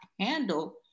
handle